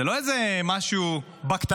זה לא איזה משהו בקטנה.